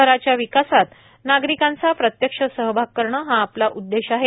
शहराच्या विकासात नागरिकांचा प्रत्यक्ष सहभाग करणे हा आपला उद्देश आहे